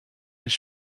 zijn